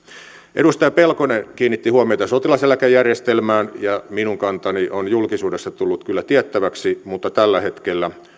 edustaja pelkonen kiinnitti huomiota sotilaseläkejärjestelmään minun kantani on julkisuudessa tullut kyllä tiettäväksi mutta tällä hetkellä